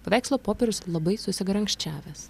paveikslo popierius labai susigarankščiavęs